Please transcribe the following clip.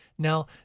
Now